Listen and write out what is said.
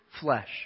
flesh